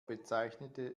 bezeichnete